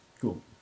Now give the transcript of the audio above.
Cool